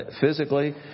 physically